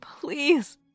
Please